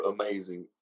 amazing